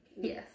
Yes